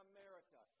America